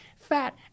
fat